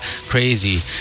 crazy